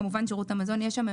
כמובן שירות המזון יהיה שם,